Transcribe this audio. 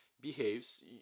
behaves